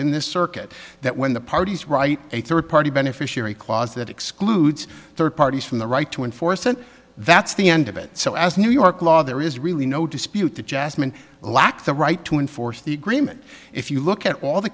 in this circuit that when the parties write a third party beneficiary clause that excludes third parties from the right to enforce and that's the end of it so as new york law there is really no dispute that jasmine lacked the right to enforce the agreement if you look at all the